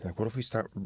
what if we start,